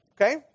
okay